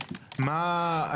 זה דורש בדיקה.